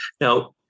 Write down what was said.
Now